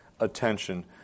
Attention